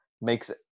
makes